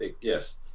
yes